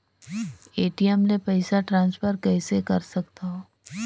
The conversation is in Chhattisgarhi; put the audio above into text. ए.टी.एम ले पईसा ट्रांसफर कइसे कर सकथव?